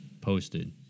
posted